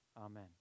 amen